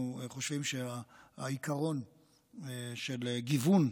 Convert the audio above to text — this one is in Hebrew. אנחנו חושבים שהעיקרון של גיוון,